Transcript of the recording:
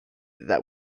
that